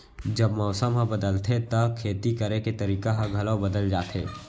जब मौसम ह बदलथे त खेती करे के तरीका ह घलो बदल जथे?